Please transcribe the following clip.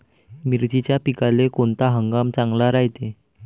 मिर्चीच्या पिकाले कोनता हंगाम चांगला रायते?